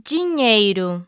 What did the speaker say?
Dinheiro